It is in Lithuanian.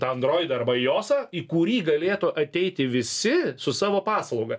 tą androidą arba iosą į kurį galėtų ateiti visi su savo paslauga